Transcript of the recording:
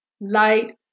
light